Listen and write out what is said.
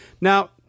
now